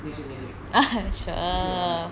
go show go head then who will come back